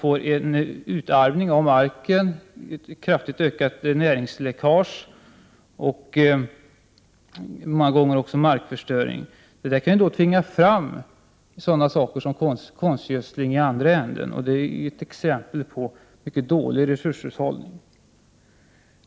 Marken utarmas ju på grund av ett kraftigt ökat näringsläckage, något som många gånger resulterar i markförstöring. Sådana här åtgärder kan tvinga fram t.ex. konstgödsling. Detta är ett exempel på mycket dålig resurshushållning.